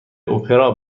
اپرا